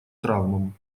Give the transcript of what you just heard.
травмам